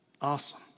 Awesome